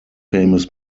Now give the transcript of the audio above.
famous